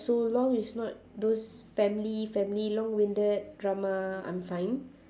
so long is not those family family long winded drama I'm fine